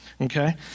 okay